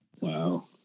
Wow